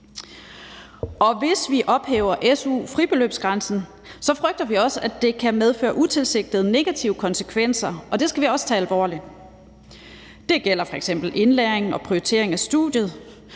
og hvis vi ophæver su-fribeløbsgrænsen, frygter vi, at det kan medføre utilsigtede negative konsekvenser, og det skal vi også tage alvorligt. Det gælder f.eks. i forhold til indlæring og prioritering af studiet.